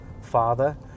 father